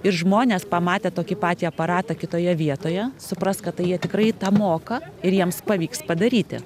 ir žmonės pamatę tokį patį aparatą kitoje vietoje supras kad tai jie tikrai tą moka ir jiems pavyks padaryti